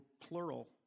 plural